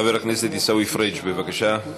חבר הכנסת עיסאווי פריג', בבקשה.